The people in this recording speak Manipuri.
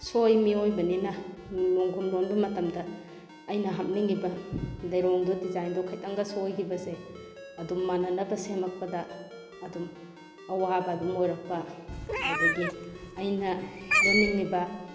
ꯁꯣꯏ ꯃꯤꯑꯣꯏꯕꯅꯤꯅ ꯃꯣꯟꯈꯨꯝ ꯂꯣꯟꯕ ꯃꯇꯝꯗ ꯑꯩꯅ ꯍꯥꯞꯅꯤꯡꯏꯕ ꯂꯩꯔꯣꯡꯗꯣ ꯗꯤꯖꯥꯏꯟꯗꯣ ꯈꯤꯛꯇꯪꯒ ꯁꯣꯏꯈꯤꯕꯁꯦ ꯑꯗꯨꯝ ꯃꯥꯟꯅꯅꯕ ꯁꯦꯝꯃꯛꯄꯗ ꯑꯗꯨꯝ ꯑꯋꯥꯕ ꯑꯗꯨꯝ ꯑꯣꯏꯔꯛꯄ ꯑꯗꯒꯤ ꯑꯩꯅ ꯂꯣꯟꯅꯤꯡꯏꯕ